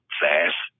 fast